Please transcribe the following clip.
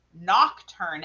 nocturne